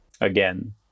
again